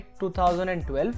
2012